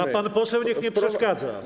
A pan poseł niech nie przeszkadza.